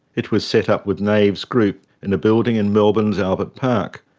it were set up with nave's group in a building in melbourne's albert park,